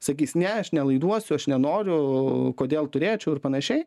sakys ne aš nelaiduosiu aš nenoriu kodėl turėčiau ir panašiai